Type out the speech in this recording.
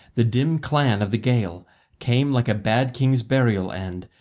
the dim clan of the gael came like a bad king's burial-end,